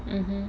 mm mm